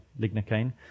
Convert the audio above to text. lignocaine